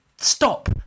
stop